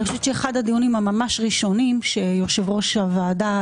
אני חושבת שאחד הדיונים ממש הראשונים שיושב ראש הוועדה,